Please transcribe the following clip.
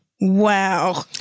Wow